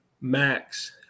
Max